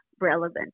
relevant